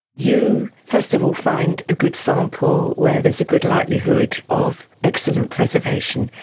you first of all find a good sample where there's a good likelihood of excellent preservation.